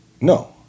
No